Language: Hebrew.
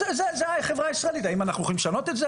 זו החברה הישראלית, האם אנחנו יכולים לשנות את זה?